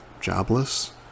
jobless